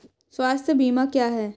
स्वास्थ्य बीमा क्या है?